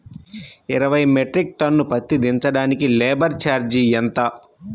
ఇరవై metric tonne పత్తి దించటానికి లేబర్ ఛార్జీ ఎంత?